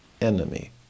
enemy